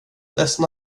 ledsen